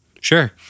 Sure